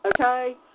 okay